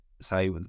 say